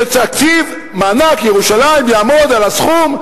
שתקציב מענק ירושלים יעמוד על הסכום,